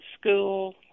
school